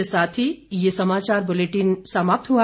इसी के साथ ये समाचार बुलेटिन समाप्त हुआ